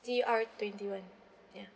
Z R twenty one ya